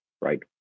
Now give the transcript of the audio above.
right